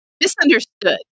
Misunderstood